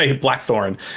Blackthorn